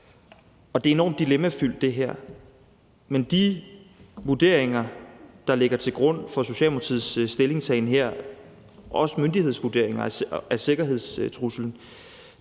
Og det her er enormt dilemmafyldt. Men med de vurderinger, der ligger til grund for Socialdemokratiets stillingtagen her – også myndighedsvurderinger af sikkerhedstruslen